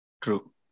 True